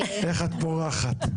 איך את בורחת,